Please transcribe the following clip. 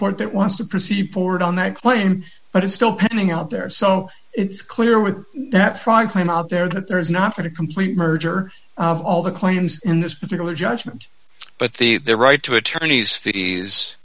court that wants to proceed forward on that plane but it's still pending out there so it's clear with that front line up there that there is not going to complete merger of all the claims in this particular judgment but the right to attorneys fees